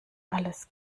alles